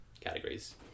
categories